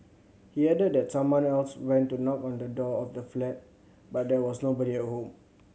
he added that someone else went to knock on the door of the flat but there was nobody at home